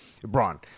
Braun